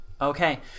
Okay